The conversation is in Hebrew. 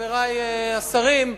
חברי השרים,